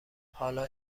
حالا